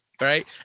Right